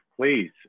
please